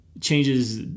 changes